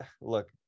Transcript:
look